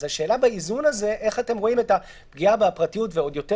אז השאלה באיזון הזה איך אתם רואים את הפגיעה בפרטיות ועוד יותר